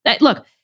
Look